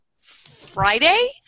Friday